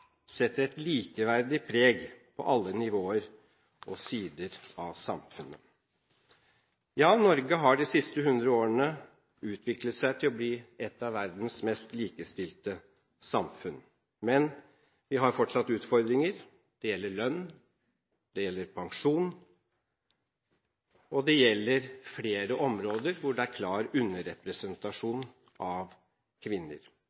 setter et likeverdig preg på alle nivåer og sider av samfunnet. Norge har i løpet av de siste 100 årene utviklet seg til å bli et av verdens mest likestilte samfunn, men vi har fortsatt utfordringer. Det gjelder lønn, pensjon og flere områder hvor det er klar underrepresentasjon av kvinner.